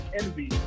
envy